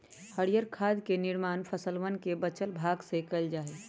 हरीयर खाद के निर्माण फसलवन के बचल भाग से कइल जा हई